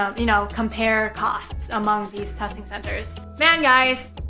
ah you know, compare costs among these testing centers. man. guys,